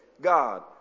God